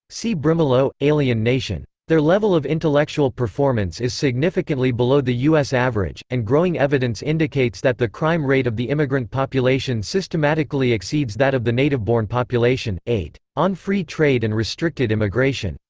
see brimelow, alien nation. their level of intellectual performance is significantly below the u s. average and growing evidence indicates that the crime rate of the immigrant population systematically exceeds that of the nativeborn population. eight. on free trade and restricted immigration.